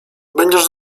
będziesz